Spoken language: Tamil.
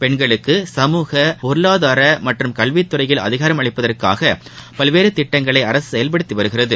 பெண்களுக்கு சமூக பொருளாதார மற்றும் கல்வித்துறைகளில் அதிகாரம் அளிப்பதற்காக பல்வேறு திட்டங்களை அரசு செயல்படுத்தி வருகிறது